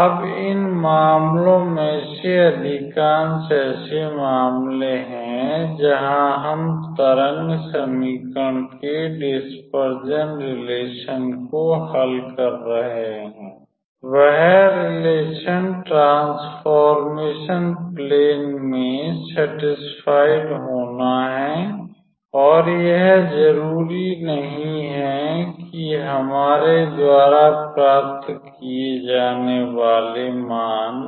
अब इन मामलों में से अधिकांश ऐसे मामले हैं जहां हम तरंग समीकरण के डिस्पर्जन रिलेशन को हल कर रहे हैं वह रिलेशन ट्रांसफॉर्मेशन प्लेन में सैटिसफाइड होना हैऔर यह जरूरी नही है कि हमारे द्वारा प्राप्त किए जाने वाला मान